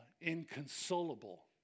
inconsolable